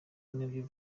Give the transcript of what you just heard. nabyo